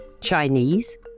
Chinese